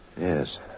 Yes